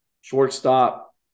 shortstop